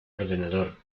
ordenador